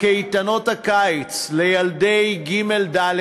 קייטנות הקיץ לילדי ג'-ד',